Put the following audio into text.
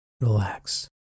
relax